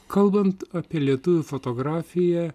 kalbant apie lietuvių fotografiją